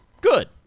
good